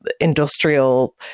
industrial